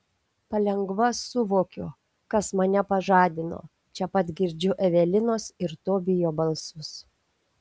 palengva suvokiu kas mane pažadino čia pat girdžiu evelinos ir tobijo balsus